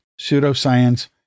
pseudoscience